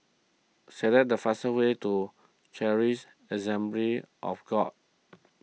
select the fastest way to Charis Assembly of God